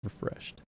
refreshed